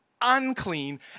unclean